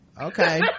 Okay